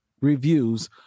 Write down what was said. reviews